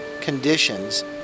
conditions